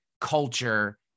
culture